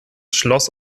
schloss